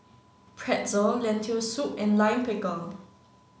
Pretzel Lentil soup and Lime Pickle